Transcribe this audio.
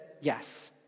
yes